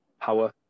power